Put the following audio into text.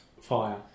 Fire